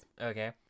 okay